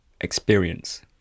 experience